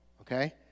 okay